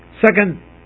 Second